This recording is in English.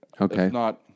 Okay